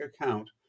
account